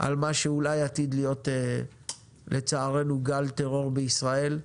על מה שאולי עתיד להיות לצערנו גל טרור בישראל.